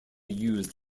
used